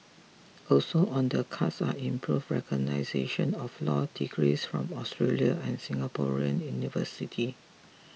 also on the cards are improved recognition of law degrees from Australian and Singaporean university